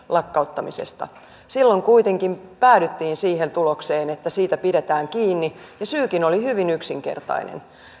lakkauttamisesta silloin kuitenkin päädyttiin siihen tulokseen että siitä pidetään kiinni ja syykin oli hyvin yksinkertainen